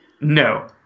No